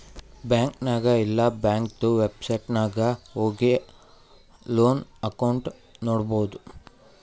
bank ನಾಗ್ ಇಲ್ಲಾ ಬ್ಯಾಂಕ್ದು ವೆಬ್ಸೈಟ್ ನಾಗ್ ಹೋಗಿ ಲೋನ್ ಅಕೌಂಟ್ ನೋಡ್ಬೋದು